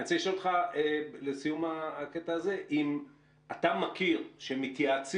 אני רוצה לשאול אותך לסיום הקטע הזה אם אתה מכיר שמתייעצים,